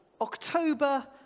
October